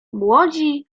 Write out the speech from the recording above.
młodzi